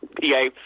PA